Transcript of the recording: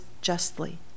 justly